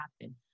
happen